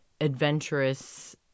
adventurous